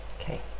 Okay